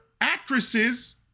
actresses